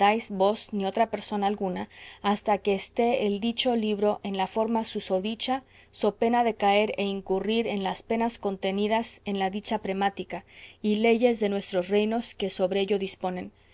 vos ni otra persona alguna hasta que esté el dicho libro en la forma susodicha so pena de caer e incurrir en las penas contenidas en la dicha premática y leyes de nuestros reinos que sobre ello disponen